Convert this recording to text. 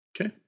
okay